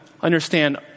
understand